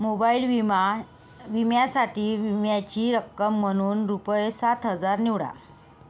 mobile विमा विम्यासाठी विम्याची रक्कम म्हणून रुपये सात हजार निवडा